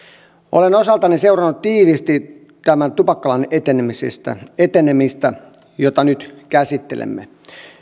olen osaltani seurannut tiiviisti tämän tupakkalain etenemistä etenemistä jota nyt käsittelemme